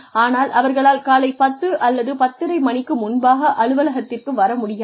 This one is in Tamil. ஆனால் அவர்களால் காலை 1000 அல்லது 1030 மணிக்கு முன்பாக அலுவலகத்திற்கு வர முடியாது